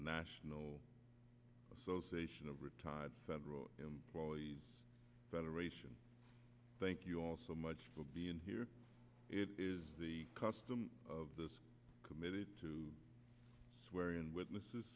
national association of retired federal federation thank you all so much for being here it is the custom of this committee to swear in witnesses